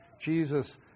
Jesus